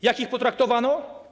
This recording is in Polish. Jak ich potraktowano?